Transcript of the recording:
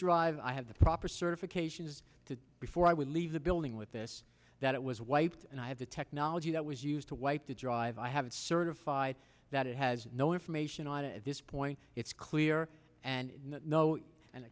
dr i have the proper certification is to before i would leave the building with this that it was wiped and i have the technology that was used to wipe the drive i have it certified that it has no information on it at this point it's clear and no and